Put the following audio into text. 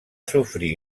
sofrir